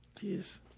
Jeez